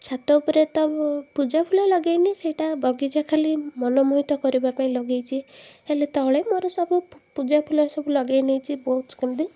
ଛାତ ଉପରେ ତ ମୁଁ ପୂଜାଫୁଲ ଲଗେଇନି ସେଇଟା ବଗିଚା ଖାଲି ମନମୋହିତ କରିବାପାଇଁ ଲଗେଇଛି ହେଲେ ତଳେ ମୋର ସବୁ ପୂ ପୂଜାଫୁଲ ଏସବୁ ଲଗେଇ ନେଇଛି ବହୁତ କୁଣ୍ଡି